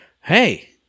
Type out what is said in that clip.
Hey